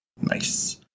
Nice